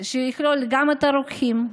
גם את הרוקחים,